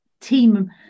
team